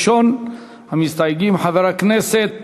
ראשון המסתייגים, חבר הכנסת